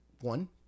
one